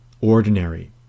ordinary